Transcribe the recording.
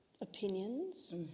opinions